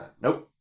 Nope